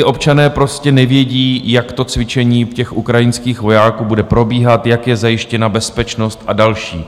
Občané prostě nevědí, jak to cvičení ukrajinských vojáků bude probíhat, jak je zajištěna bezpečnost a další.